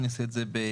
אני אעשה את זה בקצרה.